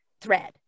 thread